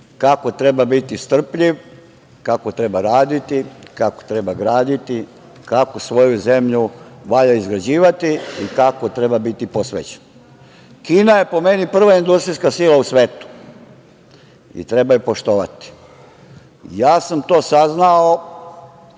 kako treba biti strpljiv, kako treba raditi, kako treba graditi, kako svoju zemlju valja izgrađivati i kako treba biti posvećen. Kina je po meni prva industrijska sila u svetu i treba je poštovati. Ja sam to saznao